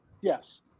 Yes